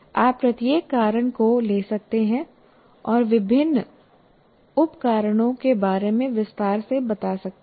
आप प्रत्येक कारण को ले सकते हैं और विभिन्न उप कारणों के बारे में विस्तार से बता सकते हैं